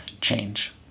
change